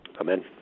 Amen